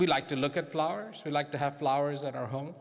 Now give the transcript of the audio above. we like to look at flowers we like to have flowers at our home